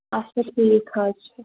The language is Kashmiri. اچھا ٹھیٖک حظ چھِ